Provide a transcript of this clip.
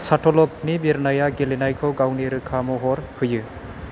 शाटलकनि बिरनाया गेलेनायखौ गावनि रोखा महर होयो